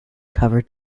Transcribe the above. cover